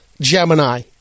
Gemini